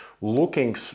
looking